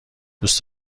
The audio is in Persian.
دوست